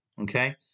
okay